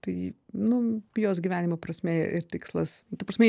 tai nu jos gyvenimo prasmė ir tikslas ta prasme